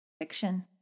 fiction